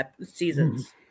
seasons